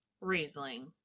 Riesling